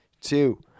two